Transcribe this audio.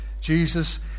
Jesus